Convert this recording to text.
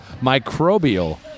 Microbial